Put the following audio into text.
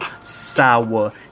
sour